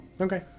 Okay